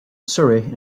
surrey